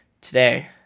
Today